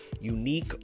unique